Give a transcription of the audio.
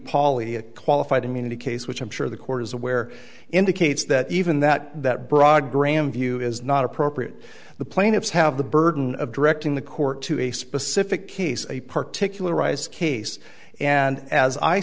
a qualified immunity case which i'm sure the court is aware indicates that even that that broad graham view is not appropriate the plaintiffs have the burden of directing the court to a specific case a particularly his case and as i